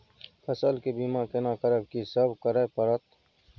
फसल के बीमा केना करब, की सब करय परत?